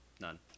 None